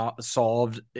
solved